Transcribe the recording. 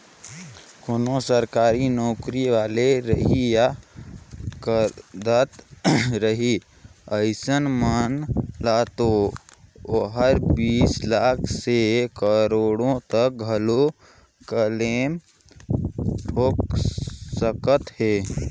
कोनो सरकारी नौकरी वाले रही या करदाता रही अइसन मन ल तो ओहर बीस लाख से करोड़ो तक घलो क्लेम ठोक सकत हे